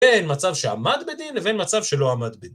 בין מצב שעמד בדין לבין מצב שלא עמד בדין.